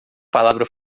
palavra